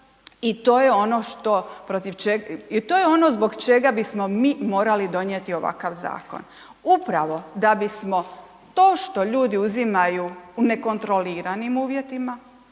i to je ono zbog čega bismo mi morali donijeti ovakav zakon. Upravo da bismo to što ljudi uzimaju u nekontroliranim uvjetima,